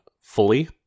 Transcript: fully